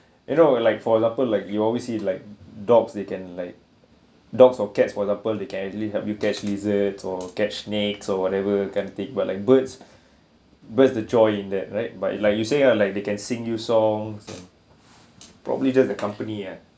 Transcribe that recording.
you know like for example like you always see like dogs they can like dogs or cats for example they can actually help you catch lizards or catch snakes or whatever can't think but like birds birds the joy in that right but uh like you say ah like they can sing you songs and probably just the company ah